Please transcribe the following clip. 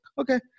okay